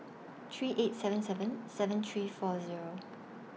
three eight seven seven seven three four Zero